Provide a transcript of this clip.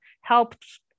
helped